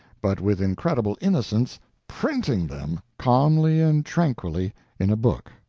but with incredible innocence printing them calmly and tranquilly in a book.